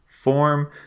form